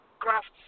crafts